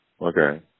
Okay